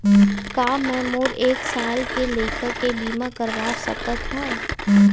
का मै मोर एक साल के लइका के बीमा करवा सकत हव?